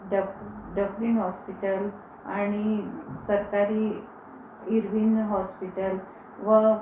डफ् Dufferin hospital आणि सरकारी Irwin hospital व